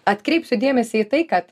atkreipsiu dėmesį į tai kad